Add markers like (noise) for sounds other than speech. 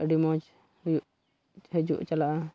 ᱟᱹᱰᱤ ᱢᱚᱡᱽ (unintelligible) ᱦᱤᱡᱩᱜ ᱪᱟᱞᱟᱜᱼᱟ